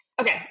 Okay